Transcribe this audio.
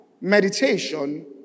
meditation